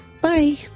Bye